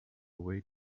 way